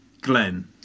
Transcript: Glenn